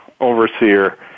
overseer